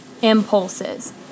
Impulses